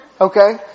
Okay